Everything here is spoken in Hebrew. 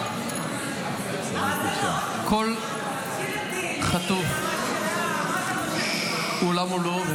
כל חטוף הוא עולם ומלואו,